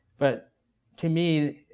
but to me,